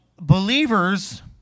believers